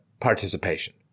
participation